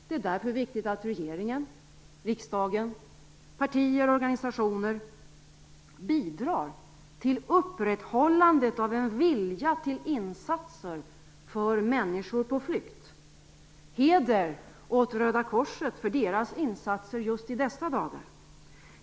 Det är därför viktigt att regering, riksdag, partier och organisationer bidrar till upprätthållandet av en vilja till insatser för människor på flykt. Heder åt Röda korset för deras insatser just i dessa dagar!